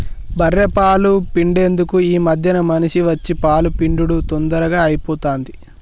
బఱ్ఱె పాలు పిండేందుకు ఈ మధ్యన మిషిని వచ్చి పాలు పిండుడు తొందరగా అయిపోతాంది